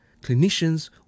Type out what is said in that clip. clinicians